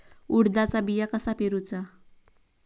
उडदाचा बिया कसा पेरूचा?